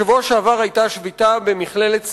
בשבוע שעבר היתה שביתה במכללת "ספיר"